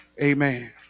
Amen